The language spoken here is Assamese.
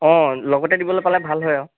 অঁ লগতে দিবলৈ পালে ভাল হয়